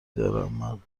دارم